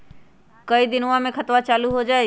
कई दिन मे खतबा चालु हो जाई?